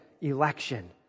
election